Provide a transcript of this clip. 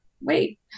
wait